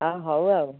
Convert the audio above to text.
ହଉ ଆଉ